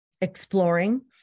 exploring